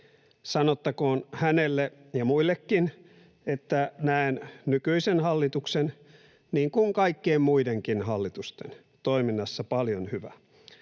Sanottakoon hänelle ja muillekin, että näen nykyisen hallituksen, niin kuin kaikkien muidenkin hallitusten, toiminnassa paljon hyvää